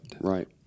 Right